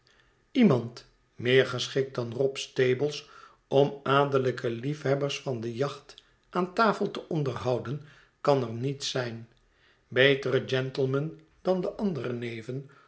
iemand meer geschikt dan rob stables om adellijke liefhebbers van de jacht aan tafel te onderhouden kan er niet zijn betere gentlemen dan de andere neven